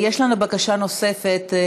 יש לנו בקשה נוספת,